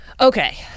Okay